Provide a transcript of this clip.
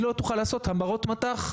לא תוכל לעשות המרות מט"ח,